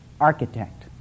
architect